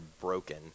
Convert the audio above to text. broken